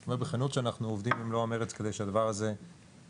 אני אומר בכנות שאנחנו עובדים במלוא המרץ כדי שהדבר הזה יתקדם.